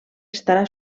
estarà